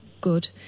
Good